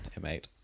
M8